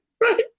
right